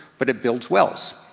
but it builds wells.